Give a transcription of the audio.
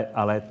ale